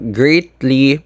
greatly